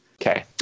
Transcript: Okay